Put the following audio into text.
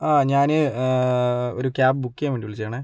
ആ ഞാൻ ഒരു ക്യാബ് ബുക്ക് ചെയ്യാന് വേണ്ടി വിളിച്ചതാണെ